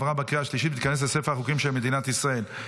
עברה בקריאה השלישית ותיכנס לספר החוקים של מדינת ישראל.